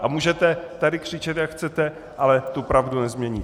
A můžete tady křičet, jak chcete, ale tu pravdu nezměníte.